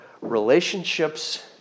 relationships